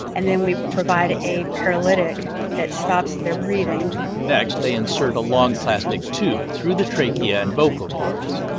and then we provide a paralytic that stops their breathing next, they insert a long plastic tube through the trachea and vocal cords.